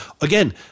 again